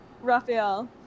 Raphael